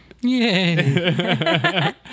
Yay